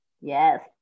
Yes